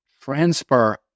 transfer